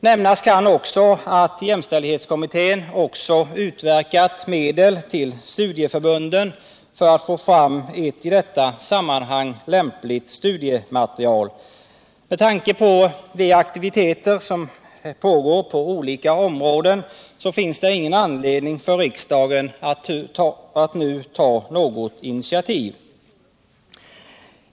Nämnas kan också att jämställdhetskommittén har utverkat medel till studieförbunden för att ta fram ett i detta sammanhang lämpligt studiematerial. Med tanke på de aktiviteter som pågår på olika områden finns det ingen anledning för riksdagen att nu ta något initiativ.